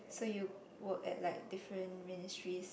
so you work at like different ministries